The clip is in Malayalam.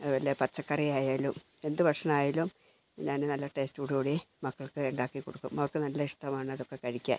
അതുപോലെ പച്ചക്കറി ആയാലും എന്തുഭക്ഷണം ആയാലും ഞാൻ നല്ല ടേസ്റ്റോടുകൂടി മക്കൾക്ക് ഉണ്ടാക്കി കൊടുക്കും മക്കൾക്ക് നല്ല ഇഷ്ട്ടമാണ് അതൊക്കെ കഴിക്കാൻ